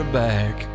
back